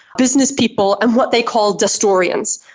business people and what they call destorians.